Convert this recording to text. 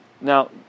now